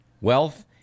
wealth